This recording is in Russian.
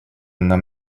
нам